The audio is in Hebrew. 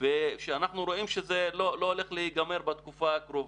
ושאנחנו רואים שזה לא הולך להיגמר בתקופה הקרובה,